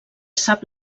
sap